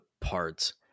parts